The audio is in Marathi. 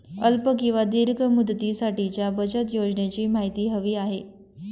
अल्प किंवा दीर्घ मुदतीसाठीच्या बचत योजनेची माहिती हवी आहे